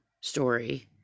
story